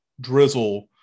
drizzle